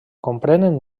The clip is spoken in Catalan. comprenen